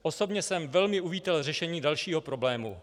Osobně jsem velmi uvítal řešení dalšího problému.